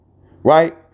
Right